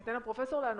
ניתן לפרופסור לענות,